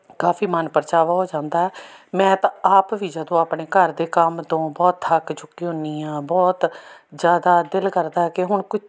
ਕਾਫ਼ੀ ਮਨ ਪ੍ਰਚਾਵਾ ਹੋ ਜਾਂਦਾ ਮੈਂ ਤਾਂ ਆਪ ਵੀ ਜਦੋਂ ਆਪਣੇ ਘਰ ਦੇ ਕੰਮ ਤੋਂ ਬਹੁਤ ਥੱਕ ਚੁੱਕੀ ਹੁੰਦੀ ਹਾਂ ਬਹੁਤ ਜ਼ਿਆਦਾ ਦਿਲ ਕਰਦਾ ਕਿ ਹੁਣ ਕੁਝ